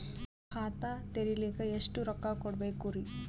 ಖಾತಾ ತೆರಿಲಿಕ ಎಷ್ಟು ರೊಕ್ಕಕೊಡ್ಬೇಕುರೀ?